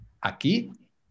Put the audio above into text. aquí